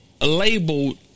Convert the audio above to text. labeled